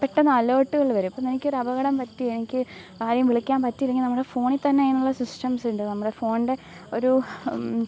പെട്ടെന്ന് അലേർട്ടുകൾ വരും ഇപ്പെന്നെനിക്കൊരു അപകടം പറ്റി എനിക്ക് ആരേയും വിളിക്കാൻ പറ്റിയില്ലെങ്കിൽ നമ്മുടെ ഫോണിൽത്തന്നെ അതിനുള്ള സിസ്റ്റംസ് ഉണ്ട് നമ്മളെ ഫോണിൻ്റെ ഒരു